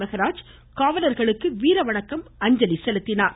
மெகராஜ் காவலர்களுக்கு வீர வணக்க அஞ்சலி செலுத்தினார்